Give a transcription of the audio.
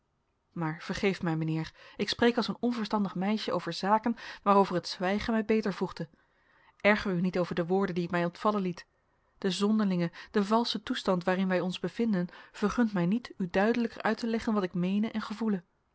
maar vergeef mij mijnheer ik spreek als een onverstandig meisje over zaken waarover het zwijgen mij beter voegde erger u niet over de woorden die ik mij ontvallen liet de zonderlinge de valsche toestand waarin wij ons bevinden vergunt mij niet u duidelijker uit te leggen wat ik meene en gevoele